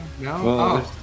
No